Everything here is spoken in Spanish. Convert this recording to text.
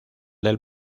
del